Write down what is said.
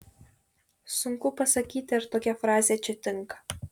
sunku pasakyti ar tokia frazė čia tinka